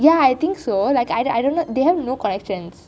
ya I think so like I dunno they have no connections